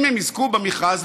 אם הם יזכו במכרז,